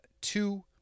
two